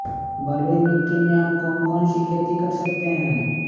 बलुई मिट्टी में हम कौन कौन सी खेती कर सकते हैँ?